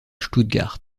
stuttgart